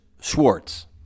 Schwartz